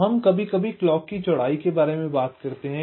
तो हम कभी कभी क्लॉक की चौड़ाई के बारे में बात करते हैं